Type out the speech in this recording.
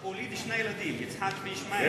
הוא הוליד שני ילדים, את יצחק וישמעאל.